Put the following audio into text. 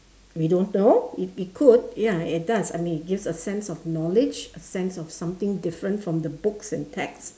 we don't know it it could ya it does I mean it gives a sense of knowledge a sense of something different from the books and text